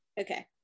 Okay